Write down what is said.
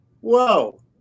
Whoa